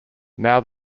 now